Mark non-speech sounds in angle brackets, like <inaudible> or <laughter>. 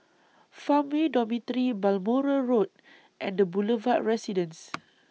Farmway Dormitory Balmoral Road and The Boulevard Residence <noise>